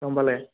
গ'ম পালে